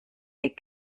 les